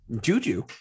Juju